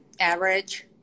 average